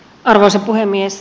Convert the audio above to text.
arvoisa puhemies